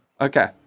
okay